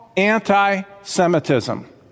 anti-semitism